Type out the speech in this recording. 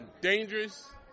Dangerous